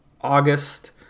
August